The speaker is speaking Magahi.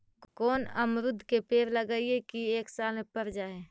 कोन अमरुद के पेड़ लगइयै कि एक साल में पर जाएं?